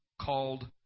called